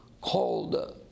called